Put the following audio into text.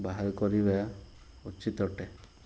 ବାହାର କରିବା ଉଚିତ ଅଟେ